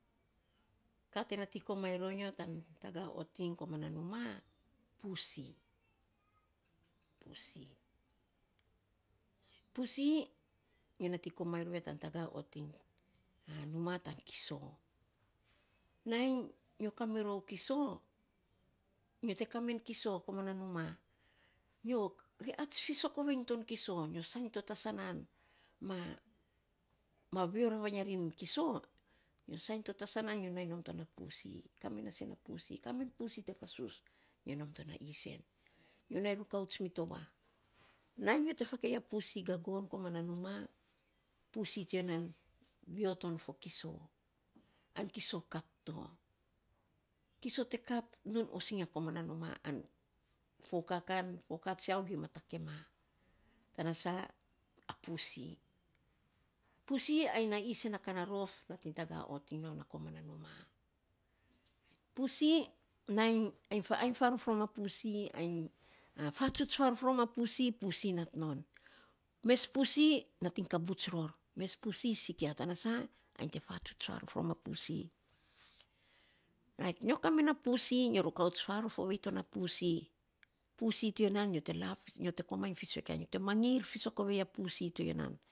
Ka te nating komainy ro nyo tan tataga otiny komana numa pussy pussy nyo nating komainy rou ya tan taga otiny numa tan kiso nainy nyo ka mirou kiso, nyo te komen kiso komana numan, nyo reais ovei fisok iny ton kiso, nyo sasiny to ta sanan ma, ma vio ravainy a rin kiso je nyo sainy to ta sanaan, a nyo nainy nom to na possy. Te kame na isen na pussy te fa sus nyo nom to na isen, nyo nainy rukaut to ya. Nainy nyo te faka pussy gagon, komana numa, pussy to ya nan, vio ton fo kiso. Ai kiso kap to. Kiso te kap, nuun osiny a numa an fo ka kan, fo ka tsiau gima takema, tana sa, a pussy. Pussy ai na isen na ka na rof nating taga ot iny non na komana numa. Pussy, nainy ainy f ainy farof rom a pussy, ainy fatsuts farof rom a pussy, pussy nat non, mes pussy nating kabuts ror, mes pussy sikia. Tana sa, ainy te fatsuts farof rom a pussy, rait nyo kamena pussy, nyo kamena pussy, nyo rukauts farof ovei to na pussy, pussy to ya nan, nyo te komainy fisok ya, nyo te mangir fisok ovei ya pussy to ya nan.